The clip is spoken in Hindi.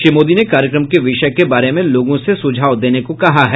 श्री मोदी ने कार्यक्रम के विषय के बारे में लोगों से सुझाव देने को कहा है